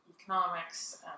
economics